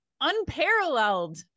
unparalleled